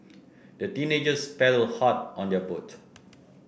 the teenagers paddled hard on their boat